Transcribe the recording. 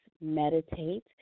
meditate